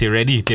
ready